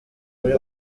muri